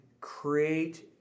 create